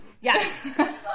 yes